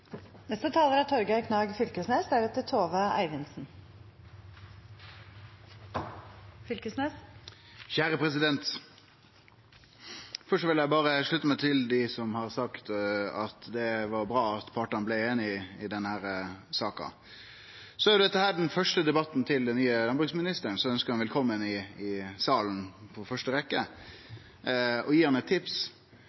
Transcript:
Først vil eg slutte meg til dei som har sagt at det var bra at partane blei einige i denne saka. Dette er den første debatten til den nye landbruksministeren, så eg vil ønskje han velkomen på første rekkje i salen